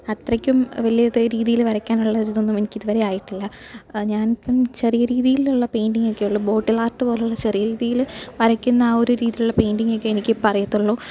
അത്രക്കും വലിയ ഇതേ രീതിയിൽ വരക്കാനുള്ളരിതൊന്നും എനിക്കിതുവരെ ആയിട്ടില്ല ഞാൻ ഇപ്പം ചെറിയ രീതിയിലുള്ള പെയിൻറ്റിങ്ങെക്കെയുള്ള ബോട്ടിൽ ആർട്ട് പോലുള്ള ചെറിയ രീതിയിൽ വരയ്ക്കുന്ന ആ ഒരു രീതീലുള്ള പെയിൻറ്റിങ്ങെക്കെ എനിക്കിപ്പം അറിയത്തൊള്ളു